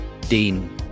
Dean